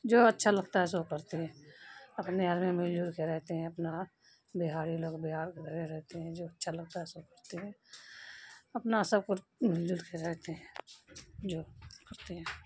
جو اچھا لگتا ہے سو کرتے ہیں اپنے آدمی مل جل کے رہتے ہیں اپنا بہاری لوگ بہار بھرے رہتے ہیں جو اچھا لگتا ہے سو کرتے ہیں اپنا سب کچھ مل جل کے رہتے ہیں جو کرتے ہیں